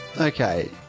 Okay